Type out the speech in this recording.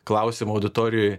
klausimą auditorijoj